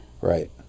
Right